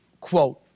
quote